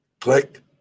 click